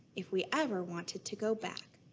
if we ever wanted to go back.